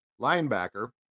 linebacker